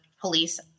police